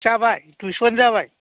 जाबाय दुइस'आनो जाबाय